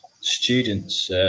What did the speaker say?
students